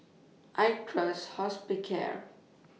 I Trust Hospicare